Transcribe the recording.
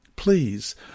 Please